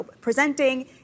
presenting